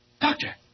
Doctor